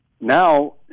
Now